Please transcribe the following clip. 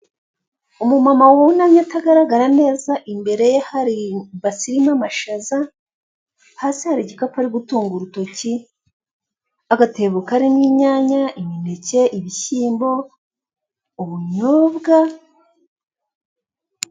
Umumama wunamye atagaragara neza imbere ye hari ibase amashaza agatebo hasi hari igikapu ari gutunga urutoki karimo inyanya imineke ubunyobwa.